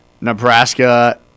Nebraska –